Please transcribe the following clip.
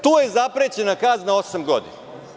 Tu je zaprećena kazna osam godina.